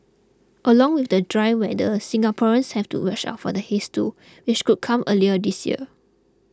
along with the dry weather Singaporeans have to watch out for the haze too which could come earlier this year